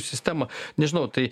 sistemą nežinau tai